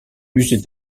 musée